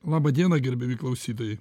laba diena gerbiami klausytojai